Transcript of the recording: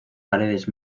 paredes